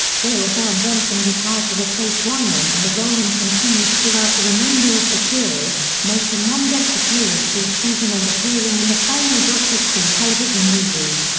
georgann johnson was hired to replace wyman in the role and continued throughout the remainder of the series, making one guest appearance each season and appearing in the final dr. quinn television movie.